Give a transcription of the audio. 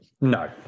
No